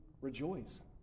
rejoice